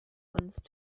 once